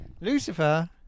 Lucifer